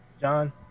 John